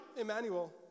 Emmanuel